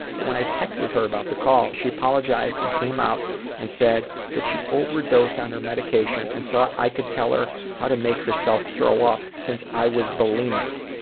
but when i texted her about the call, she apologized and came out and said that she overdosed on her medication and thought i could tell her how to make herself throw up because i was bulimic,